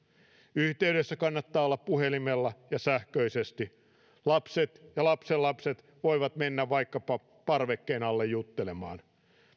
yhteydessä kannattaa olla puhelimella ja sähköisesti lapset ja lapsenlapset voivat mennä vaikkapa parvekkeen alle juttelemaan